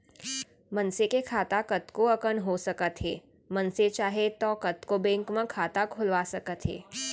मनसे के खाता कतको अकन हो सकत हे मनसे चाहे तौ कतको बेंक म खाता खोलवा सकत हे